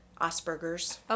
Asperger's